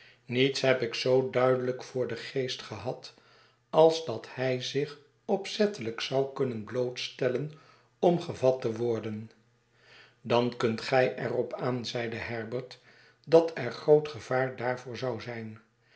niets heb ik zoo duidelijk voor den geest gehad als dat hij zich opzettelijk zou kunnen blootstellen om gevat te worden dan kunt gij er op aan zeide herbert dat er groot gevaar daarvoor zou zijn